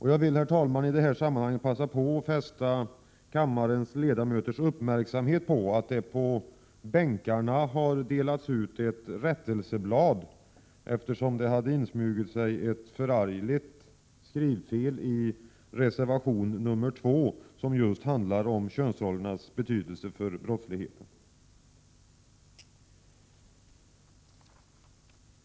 I detta sammanhang vill jag passa på att fästa kammarens ledamöters uppmärksamhet på att det på bänkarna har delats ut ett rättelseblad, eftersom det har insmugit sig ett förargligt skrivfel i reservation nr 2, som just handlar om könsrollernas betydelse för brottsligheten.